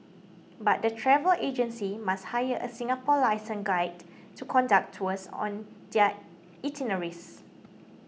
but the travel agencies must hire a Singapore licensed guide to conduct tours on their itineraries